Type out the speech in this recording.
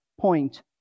point